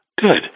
Good